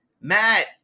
Matt